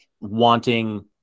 wanting